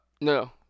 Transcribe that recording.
no